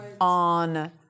on